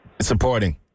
Supporting